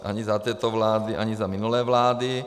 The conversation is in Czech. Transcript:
Ani za této vlády, ani za minulé vlády.